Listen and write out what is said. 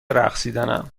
رقصیدنم